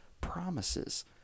promises